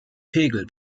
pegel